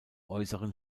äußeren